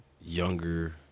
younger